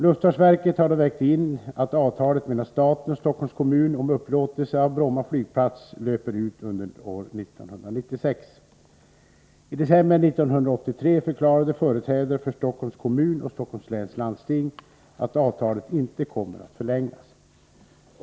Luftfartsverket har då vägt in att avtalet mellan staten och Stockholms kommun om upplåtelse av Bromma flygplats löper ut under år 1996. I december 1983 förklarade företrädare för Stockholms kommun och Stockholms läns landsting att avtalet inte kommer att förlängas.